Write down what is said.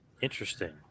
Interesting